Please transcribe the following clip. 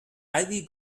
ivy